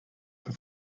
for